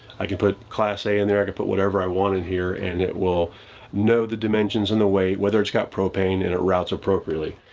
i could put class a in and there, i could put whatever i want in here and it will know the dimensions and the weight, whether it's got propane and it routes appropriately.